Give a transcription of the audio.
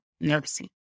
nursing